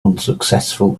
unsuccessful